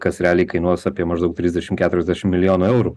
kas realiai kainuos apie maždaug trisdešim keturiasdešim milijonų eurų